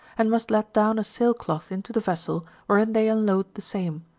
and must let down a sail-cloth into the vessel wherein they unload the same,